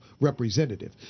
representative